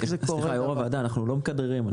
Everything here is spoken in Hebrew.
סליחה, יו"ר הוועדה, אנחנו לא מכדררים.